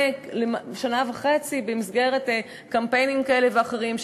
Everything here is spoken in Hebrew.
שנה וחצי במסגרת קמפיינים כאלה ואחרים,